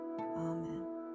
Amen